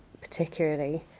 particularly